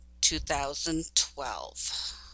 2012